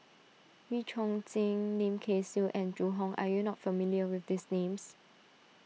Wee Chong Jin Lim Kay Siu and Zhu Hong are you not familiar with these names